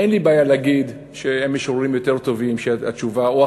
אין לי בעיה להגיד שהיו משוררים יותר טובים או אחרים,